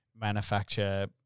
manufacture